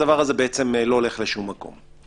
הדבר הזה בעצם לא הולך לשום מקום.